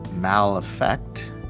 mal-effect